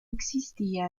existía